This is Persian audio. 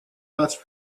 عطر